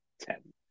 ten